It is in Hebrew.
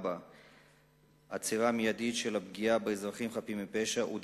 4. עצירה מיידית של פגיעה באזרחים חפים מפשע ושל